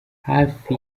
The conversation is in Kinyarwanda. hafi